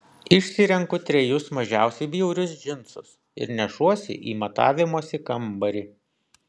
išsirenku trejus mažiausiai bjaurius džinsus ir nešuosi į matavimosi kambarį